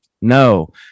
no